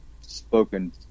spoken